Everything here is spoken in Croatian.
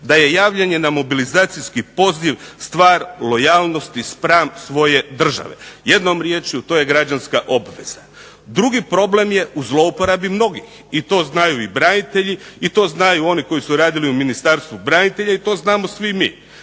da je javljanje na mobilizacijski poziv stvar lojalnosti spram svoje države. Jednom riječju to je građanska obveza. Drugi problem je u zlouporabi mnogih i to znaju i branitelji i to znaju oni koji su radili u Ministarstvu branitelja i to znamo svi mi.